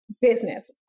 business